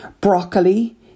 broccoli